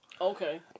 Okay